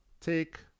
take